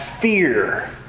fear